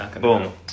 Boom